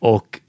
Och